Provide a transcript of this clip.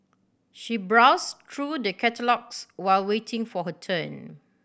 she browsed through the catalogues while waiting for her turn